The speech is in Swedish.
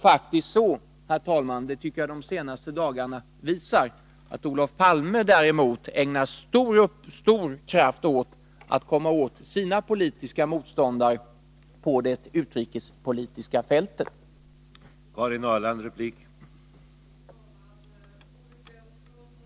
Däremot ägnar nog, herr talman, Olof Palme stor kraft åt att komma åt sina politiska motståndare på det utrikespolitiska fältet. Det tycker jag att de senaste dagarnas händelser har visat.